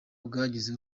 bwagize